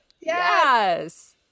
yes